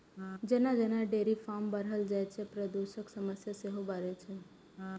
जेना जेना dairy farm बढ़ल जाइ छै, प्रदूषणक समस्या सेहो बढ़ै छै